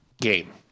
game